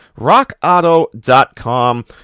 rockauto.com